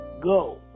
Go